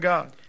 God